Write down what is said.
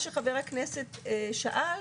חבר הכנסת אמר: